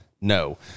No